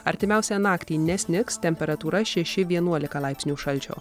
artimiausią naktį nesnigs temperatūrašeši vienuolika laipsnių šalčio